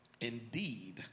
Indeed